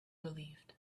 relieved